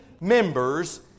members